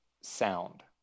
sound